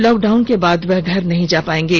lockdown के बाद वह घर नहीं जा पायेंगे